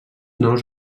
nous